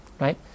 Right